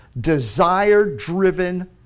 desire-driven